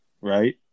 right